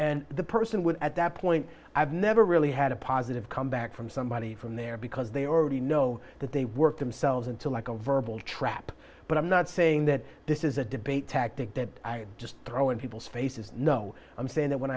is the person would at that point i've never really had a positive comeback from somebody from there because they already know that they work themselves into like a verbal trap but i'm not saying that this is a debate tactic that i just throw in people's faces no i'm saying that when